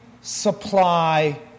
supply